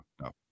No